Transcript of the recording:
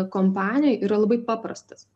kompanijoj yra labai paprastas